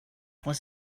was